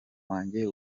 wanjye